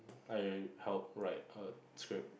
I helped write a script